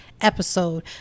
episode